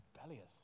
rebellious